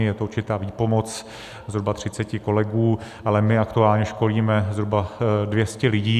Je to určitá výpomoc zhruba 30 kolegů, ale my aktuálně školíme zhruba 200 lidí.